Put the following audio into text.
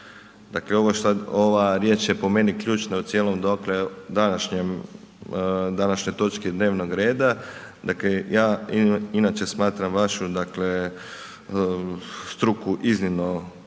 Dakle, ova riječ je po meni ključna u cijelom današnjem, današnjoj točki dnevnog reda, dakle ja inače smatram vašu dakle struku iznimno